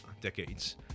decades